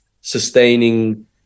sustaining